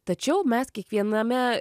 tačiau mes kiekviename